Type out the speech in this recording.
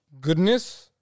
goodness